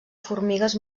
formigues